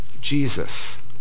Jesus